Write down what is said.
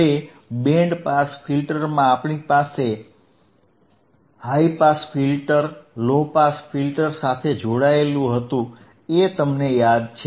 હવે band pass ફિલ્ટરમાં આપણી પાસે high pass filter low pass filter સાથે જોડાયેલ હતું એ તમને યાદ છે